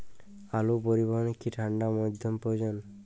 আলু পরিবহনে কি ঠাণ্ডা মাধ্যম প্রয়োজন?